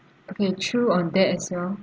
okay true on that as well